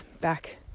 back